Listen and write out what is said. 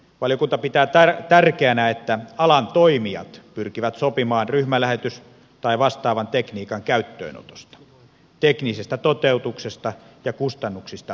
valiokunta pitää tärkeänä että alan toimijat pyrkivät yhdessä sopimaan ryhmälähetys tai vastaavan tekniikan käyttöönotosta teknisestä toteutuksesta ja kustannuksista